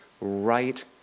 right